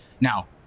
Now